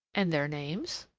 and their names?